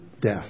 death